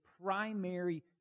primary